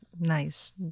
nice